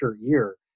year